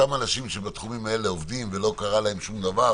אותם אנשים בתחומים שעובדים, לא קרה להם שום דבר